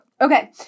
okay